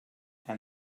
and